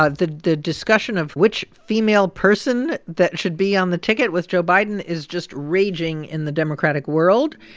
ah the the discussion of which female person that should be on the ticket with joe biden is just raging in the democratic world,